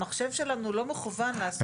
המחשב שלנו לא מכוון לעשות את זה.